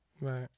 Right